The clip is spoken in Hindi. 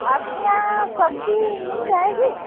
आपके यहाँ सब्ज़ी मिल जाएगी